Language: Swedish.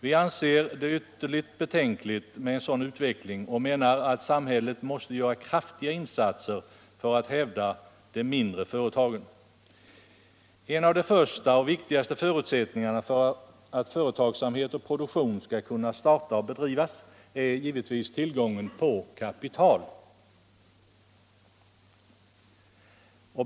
Vi anser det ytterst betänkligt med en sådan utveckling och menar att samhället måste göra kraftiga insatser för att hävda de mindre företagen. En av de första och viktigaste förutsättningarna för att företagsamhet och produktion skall kunna startas och bedrivas är givetvis tillgång på kapital.